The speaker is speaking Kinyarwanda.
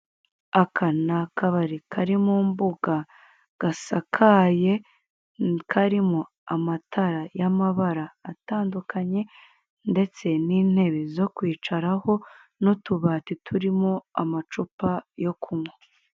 Aka ni akabari kari mu mbuga gasakaye, karimo amatara y'amabara atandukanye ndetse n'intebe zo kwicaraho, n'utubati turimo amacupa yo kunywa.